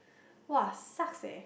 [wah] sucks eh